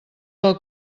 del